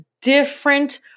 different